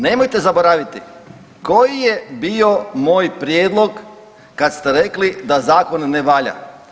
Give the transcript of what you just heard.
Nemojte zaboraviti koji je bio moj prijedlog kad ste rekli da Zakon ne valja.